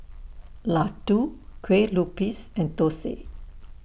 Laddu Kue Lupis and Thosai